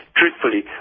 truthfully